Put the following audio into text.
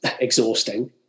exhausting